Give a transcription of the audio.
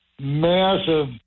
massive